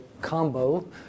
combo